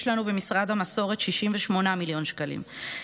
יש לנו במשרד המסורת 68 מיליון שקלים,